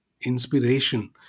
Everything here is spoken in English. inspiration